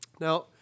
Now